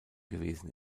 gewesen